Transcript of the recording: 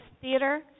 Theater